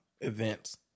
events